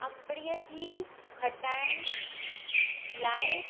अंबड़ीअ जी खटाइण लाइ